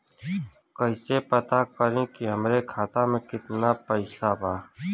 कइसे पता करि कि हमरे खाता मे कितना पैसा बा?